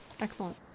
excellent